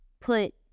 put